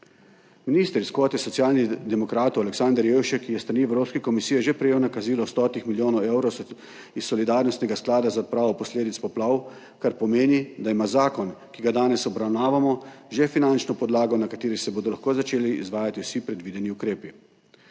Minister iz kvote Socialnih demokratov Aleksander Jevšek je s strani Evropske komisije že prejel nakazilo 100 milijonov evrov iz solidarnostnega sklada za odpravo posledic poplav, kar pomeni, da ima zakon, ki ga danes obravnavamo, že finančno podlago, na kateri se bodo lahko začeli izvajati vsi predvideni ukrepi.